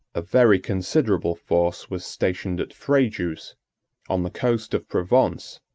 a very considerable force was stationed at frejus, on the coast of provence,